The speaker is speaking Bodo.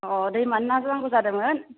अ दैमानि ना नांगौ जादोंमोन